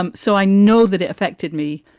um so i know that it affected me,